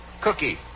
Cookie